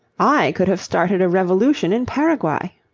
i could have started a revolution in paraguay.